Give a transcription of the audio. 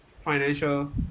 financial